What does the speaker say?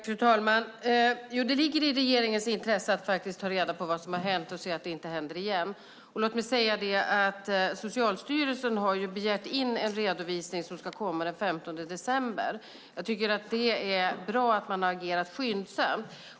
Fru talman! Jo, det ligger i regeringens intresse att faktiskt ta reda på vad som har hänt och se att det inte händer igen. Låt mig säga att Socialstyrelsen har begärt in en redovisning som ska komma den 15 december. Jag tycker att det är bra att man har agerat skyndsamt.